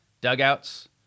dugouts